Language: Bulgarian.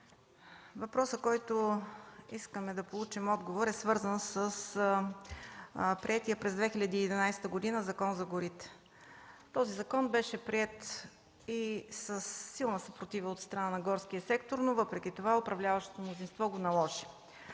въпросът, на който искаме да получим отговор, е свързан с приетия през 2011 г. Закон за горите. Той беше приет и със силна съпротива от страна на горския сектор, но въпреки това управляващото мнозинство го наложи.